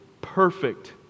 perfect